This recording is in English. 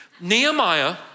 Nehemiah